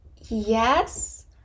yes